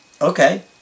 Okay